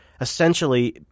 essentially